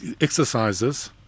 exercises